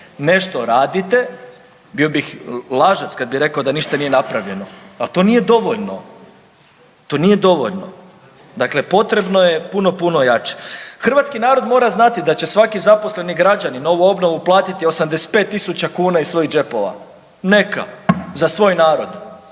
Nešto radite, bio bih lažac kada bih rekao da ništa nije napravljeno. Ali to nije dovoljno. To nije dovoljno. Dakle, potrebno je puno, puno jače. Hrvatski narod mora znati da će svaki zaposleni građanin ovu obnovu platiti 85 tisuća kuna iz svojih džepova. Neka, za svoj narod,